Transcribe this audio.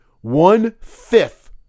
One-fifth